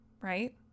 right